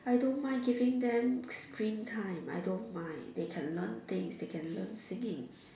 I don't mind giving them the screen time I don't mind they can learn things they can learn singing